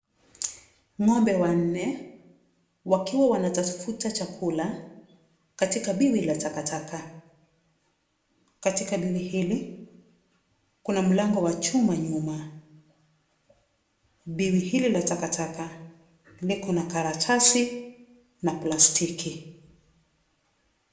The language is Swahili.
Ng'ombe wanne, wakiwa wanatafuta chakula, katika biwi la taka taka. Katika biwi hili, kuna mlango wa chuma nyuma. Biwi hili la takataka, liko na karatasi, na plastiki.